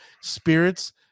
spirits